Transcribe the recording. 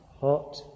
hot